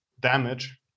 damage